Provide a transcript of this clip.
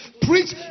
preach